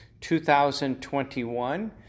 2021